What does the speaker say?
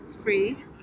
free